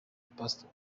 pastor